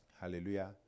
Hallelujah